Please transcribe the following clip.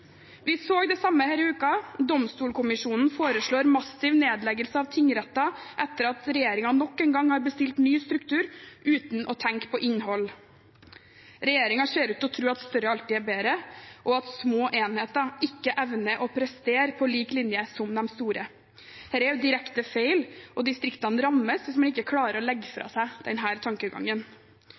Vi så det samme denne uken. Domstolkommisjonen foreslår massiv nedleggelse av tingretter etter at regjeringen nok en gang har bestilt ny struktur uten å tenke på innhold. Regjeringen ser ut til å tro at større alltid er bedre, og at små enheter ikke evner å prestere på lik linje som de store. Dette er direkte feil, og distriktene rammes hvis man ikke klarer å legge fra seg denne tankegangen.